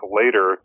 later